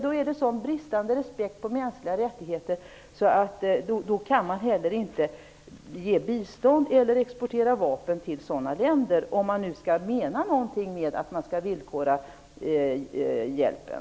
Det visar sådan bristande respekt för mänskliga rättigheter att man inte kan ge bistånd eller exportera vapen till sådana länder, om man menar något med att vi skall villkora hjälpen.